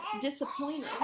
disappointed